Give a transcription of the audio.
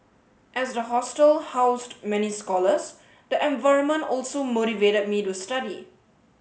as the hostel housed many scholars the environment also motivated me to study